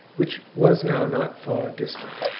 which was now not far distant.